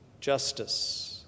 justice